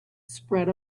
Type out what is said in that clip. spread